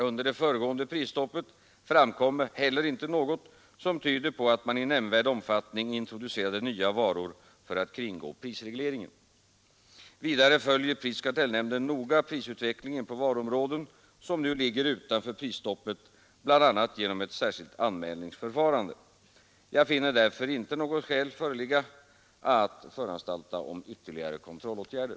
Under det föregående prisstoppet framkom heller inte något som tyder på att man i nämnvärd omfattning introducerade nya varor för att kringgå prisregleringen. Vidare följer prisoch kartellnämnden noga prisutvecklingen på varuområden som nu ligger utanför prisstoppet bl.a. genom ett särskilt anmälningsförfarande. Jag finner därför för närvarande inte något skäl att föranstalta om ytterligare kontrollåtgärder.